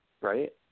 right